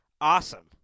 awesome